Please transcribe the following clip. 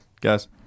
guys